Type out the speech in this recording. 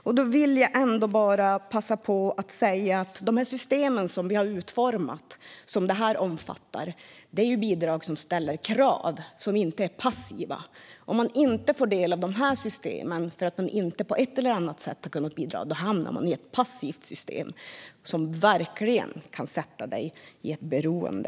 Jag vill passa på att säga att de system som vi har utformat omfattar bidrag som ställer krav och inte är passiva. Om du inte får del av systemen för att du inte på ett eller annat sätt kunnat bidra hamnar du i ett passivt system som verkligen kan sätta dig i ett beroende.